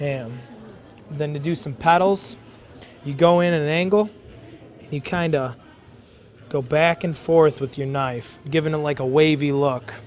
and than to do some paddles you go in an angle you kind go back and forth with your knife given a like a wave you look